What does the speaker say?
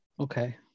Okay